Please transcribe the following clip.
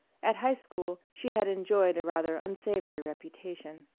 at high school she had enjoyed a rather unsavory reputation.